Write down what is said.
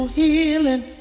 healing